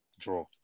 Draw